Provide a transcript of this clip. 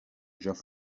geoff